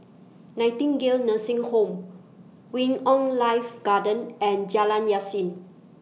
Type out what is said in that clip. Nightingale Nursing Home Wing on Life Garden and Jalan Yasin